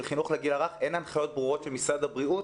חינוך לגיל הרך אין הנחיות ברורות של משרד הבריאות,